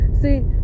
See